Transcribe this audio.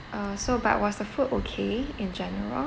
uh so but was the food okay in general